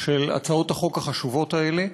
של הצעות החוק החשובות האלה.